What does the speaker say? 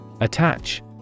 Attach